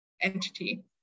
entity